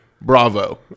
Bravo